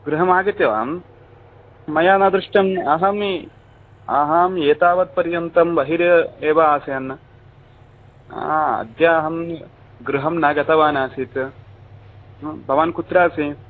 गृहमागतवान् मया न दृष्टम् अहम् अहम् एतावत्पर्यन्तं बहिरेव आसं हा अद्य अहं गृहं न गतवान् आसीत्